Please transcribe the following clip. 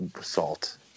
salt